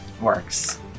works